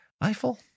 Eiffel